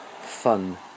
fun